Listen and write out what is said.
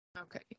Okay